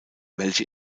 welche